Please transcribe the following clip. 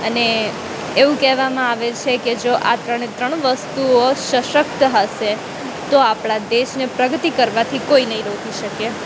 અને એવું કહેવામાં આવે છે કે જો આ ત્રણે ત્રણ વસ્તુઓ સશકત હશે તો આપણા દેશને પ્રગતિ કરવાથી કોઈ નહીં રોકી શકે